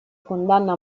condanna